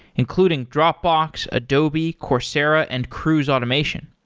including dropbox, adobe, coursera and cruise automation.